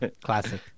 classic